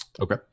Okay